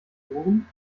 ohren